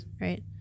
Right